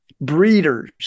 breeders